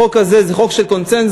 החוק הזה הוא חוק של קונסנזוס,